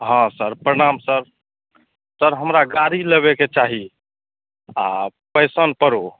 हँ सर प्रणाम sir sir हमरा गाड़ी लेबैके चाही आओर पैशन प्रो